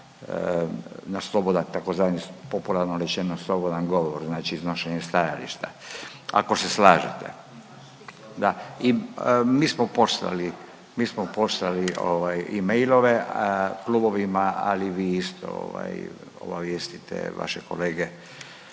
na slobodan, tzv. popularno rečeno slobodan govor, znači iznošenje stajališta. Ako se slažete? Da. Mi smo poslali, mi smo poslali i mailove klubovima, ali vi isto obavijestite vaše kolege